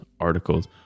articles